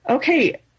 Okay